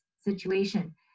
situation